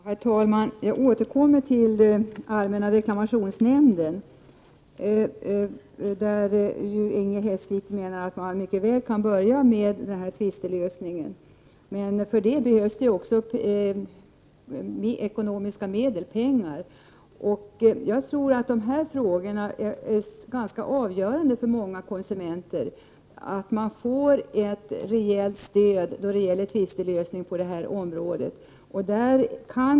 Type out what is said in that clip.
Herr talman! Jag återkommer till frågan om allmänna reklamationsnämnden. Inger Hestvik menar att man mycket väl kan börja med den här tvistelösningen. Men för att kunna göra det krävs det mer pengar. Jag tror att det är ganska avgörande för många konsumenter att de får ett rejält stöd vid tvistelösningar på detta område.